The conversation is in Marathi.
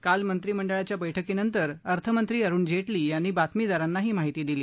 काल मंत्रिमंडळाच्या बैठकीनंतर अर्थमंत्री अरुण जेटली यांनी बातमीदारांना ही माहिती दिली